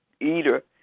eater